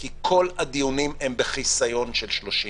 כי כל הדיונים הם בחיסיון של 30 שנה.